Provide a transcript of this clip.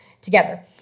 together